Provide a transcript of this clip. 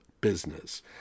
business